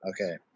Okay